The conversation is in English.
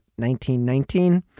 1919